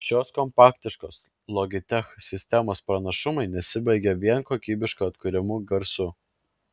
šios kompaktiškos logitech sistemos pranašumai nesibaigia vien kokybiškai atkuriamu garsu